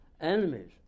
Enemies